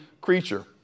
creature